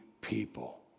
people